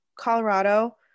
Colorado